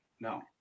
No